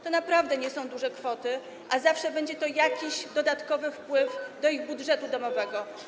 To naprawdę nie są duże kwoty, a zawsze będzie to jakiś dodatkowy wpływ do ich budżetu domowego.